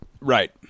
Right